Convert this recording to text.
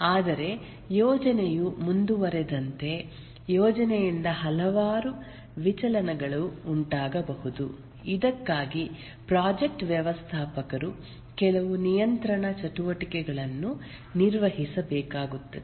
ಆದರೆ ಯೋಜನೆಯು ಮುಂದುವರೆದಂತೆ ಯೋಜನೆಯಿಂದ ಹಲವಾರು ವಿಚಲನಗಳು ಉಂಟಾಗಬಹುದು ಇದಕ್ಕಾಗಿ ಪ್ರಾಜೆಕ್ಟ್ ವ್ಯವಸ್ಥಾಪಕರು ಕೆಲವು ನಿಯಂತ್ರಣ ಚಟುವಟಿಕೆಗಳನ್ನು ನಿರ್ವಹಿಸಬೇಕಾಗುತ್ತದೆ